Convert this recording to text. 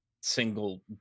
...single